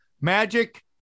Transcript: Magic